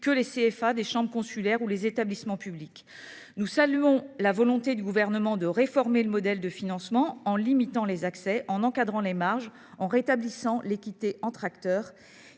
que les CFA des chambres consulaires ou les établissements publics. Nous saluons la volonté du Gouvernement de réformer le modèle de financement, en limitant les excès, en encadrant les marges, en rétablissant l’équité entre les acteurs.